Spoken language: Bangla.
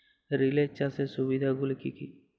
রিলে চাষের সুবিধা গুলি কি কি?